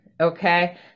Okay